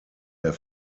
der